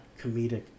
comedic